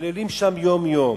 מתפללים שם יום-יום.